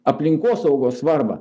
aplinkosaugos svarbą